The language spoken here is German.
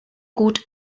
gut